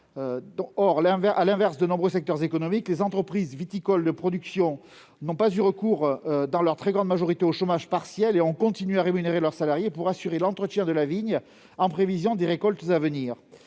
Or, à l'inverse de nombreux secteurs économiques, les entreprises viticoles de la production n'ont pas eu recours dans leur très grande majorité au chômage partiel et ont continué à rémunérer leurs salariés pour assurer l'entretien de la vigne, en prévision de la récolte à venir.